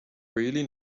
really